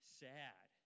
sad